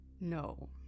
No